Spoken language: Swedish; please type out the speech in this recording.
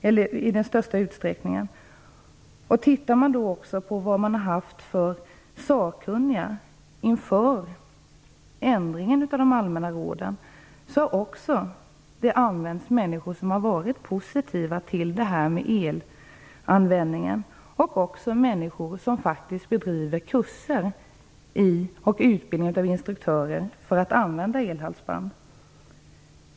Om man ser över vilka sakkunniga man har konsulterat inför ändringarna av de allmänna råden, finner man att det även har varit personer som har varit positiva till elanvändning och personer som faktiskt bedriver utbildning av instruktörer när det gäller användning av elhalsband.